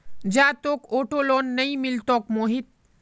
जा, तोक auto loan नइ मिलतोक मोहित